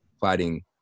fighting